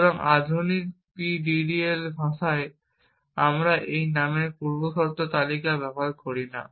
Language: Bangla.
সুতরাং আধুনিক PDDL ভাষায় আমরা এই নামের পূর্বশর্ত তালিকা ব্যবহার করি না